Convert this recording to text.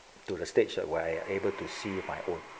to the stage where I am able to see my own